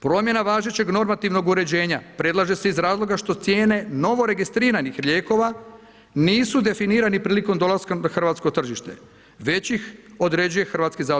Promjena važećeg normativnog uređenja predlaže se iz razloga što cijene novo registriranih lijekova nisu definirani prilikom dolaska na hrvatsko tržište već ih određuje HZZO.